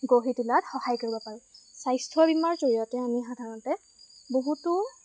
গঢ়ি তুলাত সহায় কৰিব পাৰোঁ স্বাস্থ্য বীমাৰ জৰিয়তে আমি সাধাৰণতে বহুতো